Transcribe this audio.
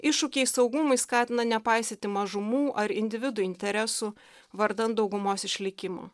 iššūkiai saugumui skatina nepaisyti mažumų ar individų interesų vardan daugumos išlikimo